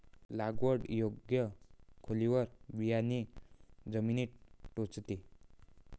लागवड योग्य खोलीवर बियाणे जमिनीत टोचते